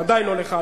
ודאי לא לך.